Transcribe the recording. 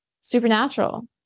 supernatural